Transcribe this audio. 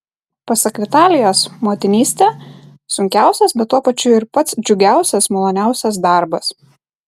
pasak vitalijos motinystė sunkiausias bet tuo pačiu ir pats džiugiausias maloniausias darbas